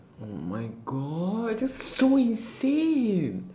oh my god that's so insane